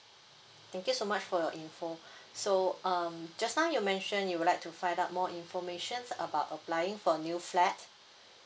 thank you so much for your info so um just now you mention you would like to find out more information about applying for a new flat